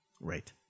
Right